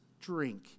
Drink